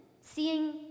seeing